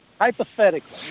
hypothetically